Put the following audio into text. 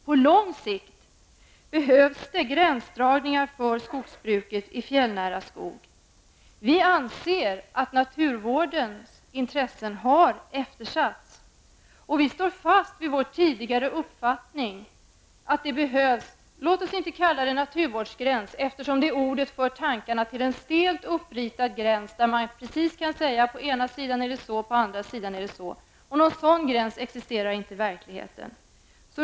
På lång sikt behövs gränsdragningar för skogsbruk i fjällnära skog. Vi anser att naturvårdens intressen har eftersatts. Vi står fast vid vår tidigare uppfattning att det behövs något slags gräns. Låt oss inte kalla den naturvårdsgräns, eftersom det ordet för tankarna till en stelt uppritad gräns, där man kan säga att på ena sidan är det si och på andra sidan är det så. Någon sådan gräns existerar inte i verkligheten.